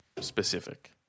specific